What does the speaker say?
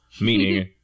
meaning